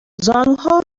زانوها